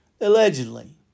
allegedly